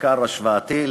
מחקר השוואתי,